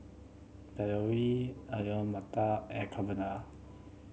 Ravioli Alu Matar and Carbona